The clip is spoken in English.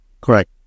Correct